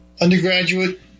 Undergraduate